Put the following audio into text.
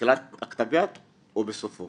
בתחילת כתב היד או בסופו.